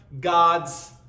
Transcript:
gods